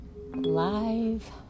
live